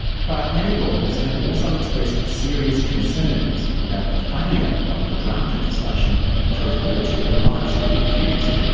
but many lawyers have also expressed serious concerns about the failure of the draft legislation to refer to the rights of the accused.